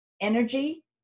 energy